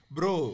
Bro